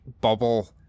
bubble